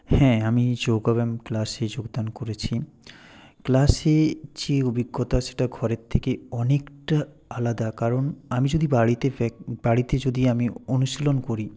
হ্যাঁ আমি যোগা ব্যায়াম ক্লাসে যোগদান করেছি ক্লাসে যে অভিজ্ঞতা সেটা ঘরের থেকে অনেকটা আলাদা কারণ আমি যদি বাড়িতে বাড়িতে যদি আমি অনুশীলন করি